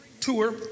tour